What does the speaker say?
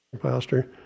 pastor